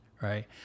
right